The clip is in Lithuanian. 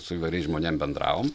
su įvairiais žmonėm bendravom